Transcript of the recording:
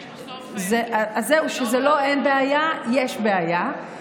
יש בסוף, אז זה לא שאין בעיה, יש בעיה.